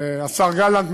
השר גלנט,